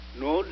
no